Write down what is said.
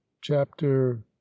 Chapter